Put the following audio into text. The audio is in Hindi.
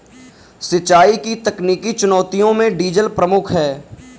सिंचाई की तकनीकी चुनौतियों में डीजल प्रमुख है